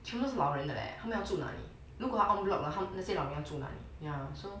全部都是老人的嘞他们要住那里如果他 en bloc 了那些老人要住哪里 ya so